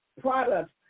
products